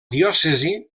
diòcesi